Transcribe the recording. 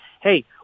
hey